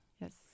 Yes